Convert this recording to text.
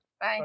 Bye